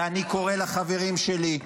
ואני קורא לחברים שלי,